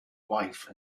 wife